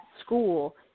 school